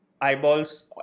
eyeballs